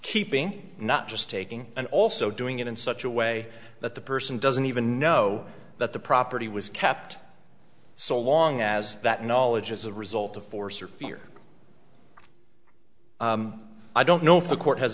keeping not just taking and also doing it in such a way that the person doesn't even know that the property was capped so long as that knowledge is a result of force or fear i don't know if the court has